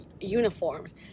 uniforms